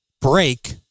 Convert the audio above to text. break